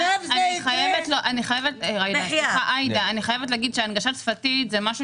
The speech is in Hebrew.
אני חייבת לומר שהנגשה שפתית זה משהו